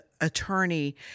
attorney